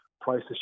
Prices